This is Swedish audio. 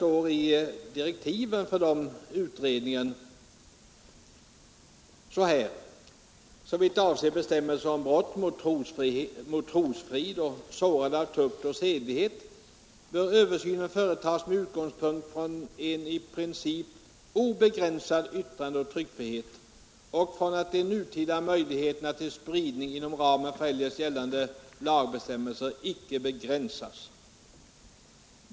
I de direktiven står det nämligen så här: ”Såvitt avser bestämmelser om brott mot trosfrid och sårande av tukt och sedlighet bör översynen företas med utgångspunkt från en i princip obegränsad yttrandeoch tryckfrihet och från att de nutida möjligheterna till spridning inom ramen för eljest gällande lagbestämmelser inte begränsas.